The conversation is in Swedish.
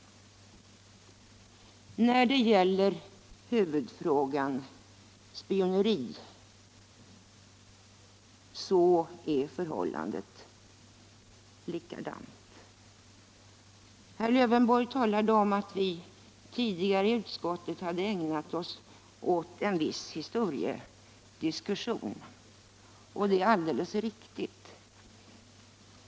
När det gäller huvudfrågan, spioneri, är förhållandet likadant. Herr Lövenborg talade om att vi i utskottet hade ägnat oss åt en viss historiediskussion, och det är alldeles riktigt.